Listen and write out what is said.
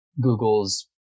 Google's